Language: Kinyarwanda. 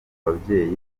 babyeyi